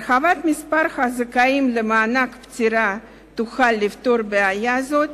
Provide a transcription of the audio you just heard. הרחבת מספר הזכאים למענק פטירה תוכל לפתור בעיה זו,